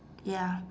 ya